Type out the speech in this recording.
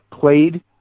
played